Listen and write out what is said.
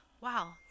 wow